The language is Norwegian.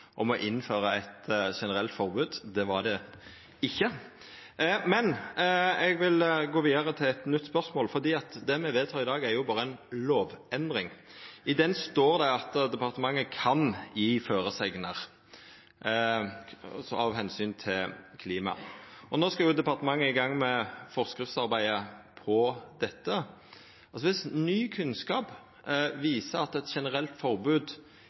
om å innføra et generelt forbod. Det var det ikkje. Men eg vil gå vidare til eit nytt spørsmål. Det me vedtek i dag, er jo berre ei lovendring. I den står det at departementet kan gje føresegner av omsyn til klimaet. No skal jo departementet i gang med forskriftsarbeidet på dette. Viss ny kunnskap viser at eit generelt forbod